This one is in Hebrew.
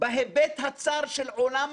ולא שום כשל שלא אמרו עליו שתוקן,